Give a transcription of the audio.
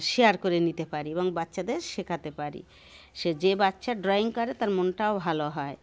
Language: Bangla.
শেয়ার করে নিতে পারি এবং বাচ্চাদের শেখাতে পারি সে যে বাচ্চা ড্রয়িং করে তার মনটাও ভালো হয়